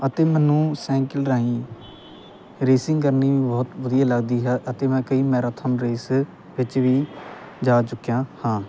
ਅਤੇ ਮੈਨੂੰ ਸਾਇਕਲ ਰਾਹੀਂ ਰੇਸਿੰਗ ਕਰਨੀ ਵੀ ਬਹੁਤ ਵਧੀਆ ਲੱਗਦੀ ਹੈ ਅਤੇ ਮੈਂ ਕਈ ਮੈਰਾਥੋਨ ਰੇਸ ਵਿੱਚ ਵੀ ਜਾ ਚੁੱਕਿਆ ਹਾਂ